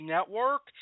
Network